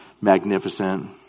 magnificent